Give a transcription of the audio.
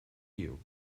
you